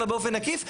אלא באופן עקיף?